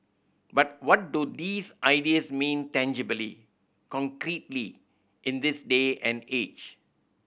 but what do these ideas mean tangibly concretely in this day and age